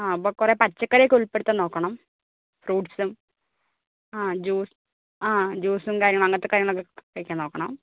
ആ അപ്പോൾ കുറെ പച്ചക്കറി ഒക്കെ ഉൾപ്പെടുത്താൻ നോക്കണം ഫ്രൂട്ട്സും ആ ജൂസ് ആ ജൂസും കാര്യങ്ങളും അങ്ങനത്തെ കാര്യങ്ങളൊക്കെ കഴിക്കാൻ നോക്കണം